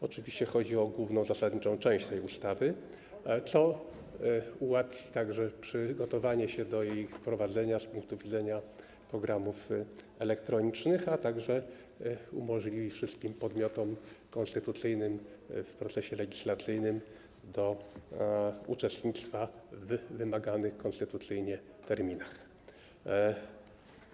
Oczywiście chodzi o główną, zasadniczą część tej ustawy, co ułatwi także przygotowanie się do jej wprowadzenia z punktu widzenia programów elektronicznych, a także umożliwi wszystkim podmiotom konstytucyjnym w procesie legislacyjnym uczestnictwo w wymaganych konstytucyjnie terminach.